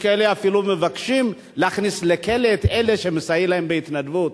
יש כאלה שאפילו מבקשים להכניס לכלא את אלה שמסייעים להם בהתנדבות.